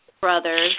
Brothers